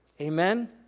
Amen